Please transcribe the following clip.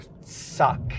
suck